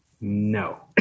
no